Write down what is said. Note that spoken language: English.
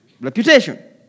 Reputation